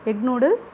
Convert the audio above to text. egg noodles